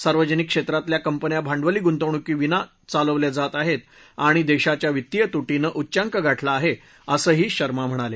सार्वजनिक क्षेत्रातल्या कंपन्या भांडवली गुंतवणूकीबिना चालवल्या जात आहेत आणि देशाच्या वित्तीय तुटीनं उच्चांक गाठला आहे असंही शर्मा म्हणाले